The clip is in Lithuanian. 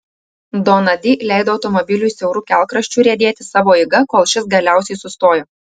dona di leido automobiliui siauru kelkraščiu riedėti savo eiga kol šis galiausiai sustojo